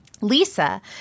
Lisa